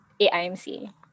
AIMC